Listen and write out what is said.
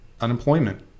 unemployment